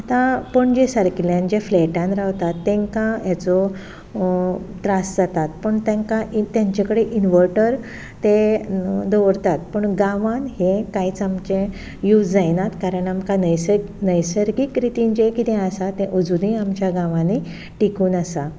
आतां पणजे सारकिल्यांचे फ्लॅटान रावता तेंकां हेजो त्रास जातात पूण तेंकां एक तेंचें कडेन इनवर्टर ते दवरतात पूण गांवान हें काहीच आमचें यूज जायनात कारण आमकां नैसर्ग नैसर्गीक रितीन जें किदें आसा तें अजुनूय आमच्या गांवांनी टिकून आसा